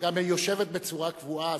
היא גם יושבת בצורה קבועה.